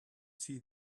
see